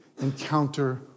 encounter